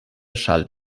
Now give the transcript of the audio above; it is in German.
schallt